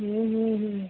হুম হুম হুম